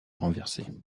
renversés